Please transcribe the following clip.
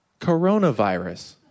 coronavirus